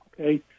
Okay